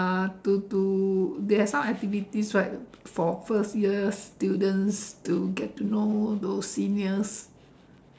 uh to to there are some activities right for first year students to get to know those seniors